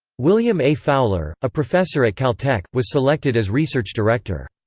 william a. fowler, a professor at caltech, was selected as research director.